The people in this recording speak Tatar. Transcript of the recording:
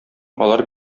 алар